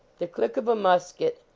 the click of a musket,